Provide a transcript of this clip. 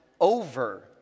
over